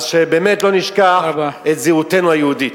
שבאמת לא נשכח את זהותנו היהודית.